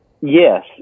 yes